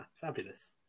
fabulous